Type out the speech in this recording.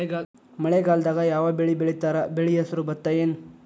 ಮಳೆಗಾಲದಾಗ್ ಯಾವ್ ಬೆಳಿ ಬೆಳಿತಾರ, ಬೆಳಿ ಹೆಸರು ಭತ್ತ ಏನ್?